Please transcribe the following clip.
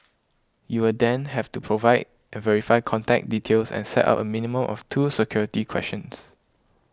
you will then have to provide and verify contact details and set up a minimum of two security questions